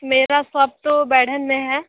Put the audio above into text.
मेरा शॉप तो बैढ़न में है